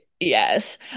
Yes